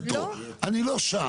אני לא שם.